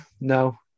no